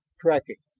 tracking.